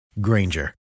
Granger